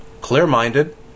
clear-minded